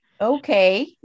okay